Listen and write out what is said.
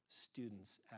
students